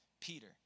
Peter